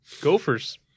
Gophers